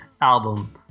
album